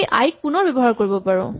আমি আই ক পুণৰ ব্যৱহাৰ কৰিব পাৰো